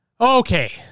Okay